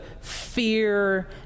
fear